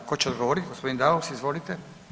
Tko će odgovorit, g. Daus, izvolite.